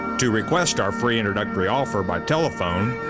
to request our free introductory offer by telephone,